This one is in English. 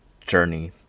journey